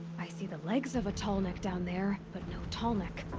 i see the legs of a tallneck down there, but no tallneck.